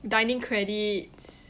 dining credits